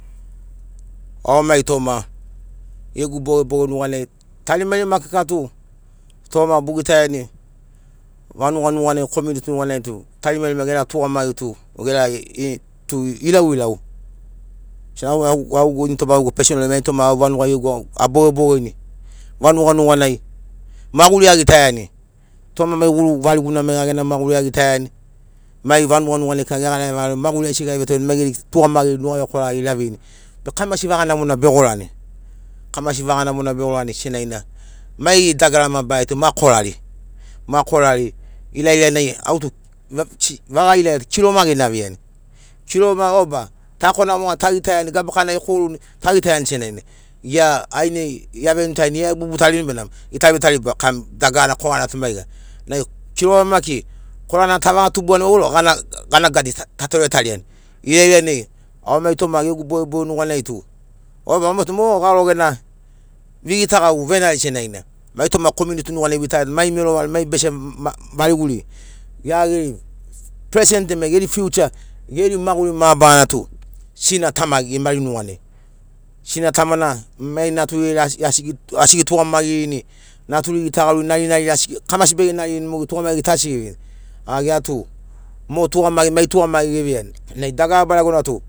Au mai toma gegu bogeboge nuganai tarimarima kika tu toma bogitaiani vanuga nuganai komiuniti nuganai tu tarimarima gera tugamagi tug era tu irauirau initoma au gegu pesenol ai mai toma au vanugai a bogebogeni vanuga nuganai maguri a gitaiani toma mai guru variguna maiga gena maguri agitaiani mai vanuga nuganai kika gegarevagarevani maguri aigesina gevetoreni mai geri tugamagiri nuga vekwaragiri aveini be kamasi vaga namona begorani kamasi vaga namona begorani senagina mai dagara mabarari tu ma korari ma korari ilailanai au tu vaga ilailanai tu kiroma genai aveiani kiroma o ba tako moga tagitaiani gabakana ekoruni ta gitaiani senagina gia ainai ea veunitarini ea vebubutarini be namo kam dagarana korana tu maiga nai kiroma maki korana tavaga tubuani vauro gena gadi ta toretariani ilailanai mai toma gegu bogeboge nuganai tu au mai tum o garo gena vegitagau venari senagina mai toma komiuniti nuganai ogitaiani mai mero variguri mai bese variguri gia geri present gema geri finche geri maguri mabarana tu sina tama gimari nuganai sina tama na mai nature mai geri asi getugamagirini nature gitagau narinari kamasi bege naririni mogeri tugamagiri tu asi geveini a gia tum o tugamagi mai tugamagi gevaiani nai dagara baregona tu